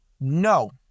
No